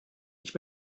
ich